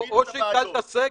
או שהטלת הסגר.